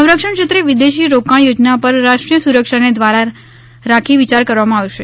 સંરક્ષણ ક્ષેંત્રે વિદેશી રોકાણ યોજના પર રાષ્ટ્રીય સુરક્ષાને દ્રારા રાખી વિચાર કરવામાં આવશે